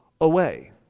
away